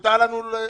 מותר לנו?